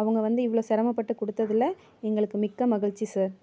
அவங்க வந்து இவ்வளோ சிரமப்பட்டு கொடுத்ததுல எங்களுக்கு மிக்க மகிழ்ச்சி சார்